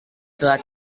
telah